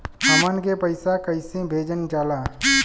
हमन के पईसा कइसे भेजल जाला?